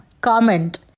comment